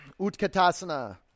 utkatasana